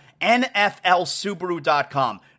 NFLSubaru.com